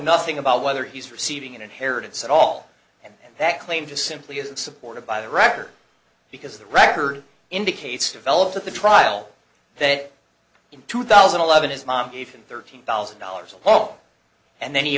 nothing about whether he's receiving an inheritance at all and that claim to simply isn't supported by the record because the record indicates developed at the trial that in two thousand and eleven his mom gave him thirteen thousand dollars all and then he